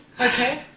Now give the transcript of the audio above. Okay